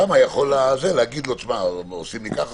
שם הוא יכול להגיד עושים לי ככה,